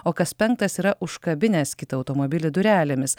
o kas penktas yra užkabinęs kitą automobilį durelėmis